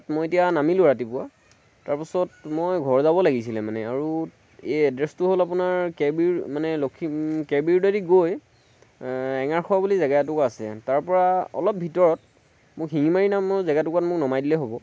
মই এতিয়া নামিলো ৰাতিপুৱা তাৰ পাছত মই ঘৰ যাব লাগিছিলে মানে আৰু এই এড্ৰেছটো হ'ল আপোনাৰ কেবি ৰো মানে লক্ষীম কেবি ৰোডেদি গৈ এঙাৰখোৱা বুলি জেগা এটুকুৰা আছে তাৰ পৰা অলপ ভিতৰত মোক শিঙিমাৰী নামৰ জেগা টুকুৰাত মোক নমাই দিলে হ'ব